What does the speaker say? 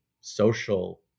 social